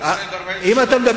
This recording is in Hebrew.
הם לא כבושים.